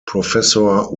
professor